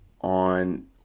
on